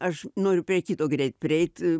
aš noriu prie kito greit prieit